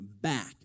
back